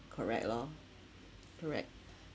correct lor correct